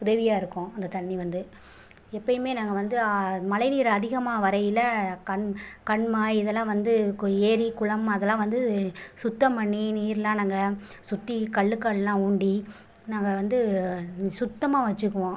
உதவியாகருக்கும் அந்த தண்ணி வந்து எப்போயுமே நாங்கள் வந்து மழை நீரை அதிகமாக வரயில் கண் கண்மாய் இதெல்லாம் வந்து ஏரி குளம் அதெல்லாம் வந்து சுத்தம் பண்ணி நீர்லாம் நாங்கள் சுற்றி கல்லுக்கள்லாம் ஊண்றி நாங்கள் வந்து சுத்தமாக வச்சுக்குவோம்